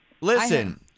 Listen